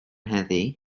heddiw